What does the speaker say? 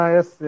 Yes